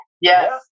Yes